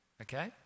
Okay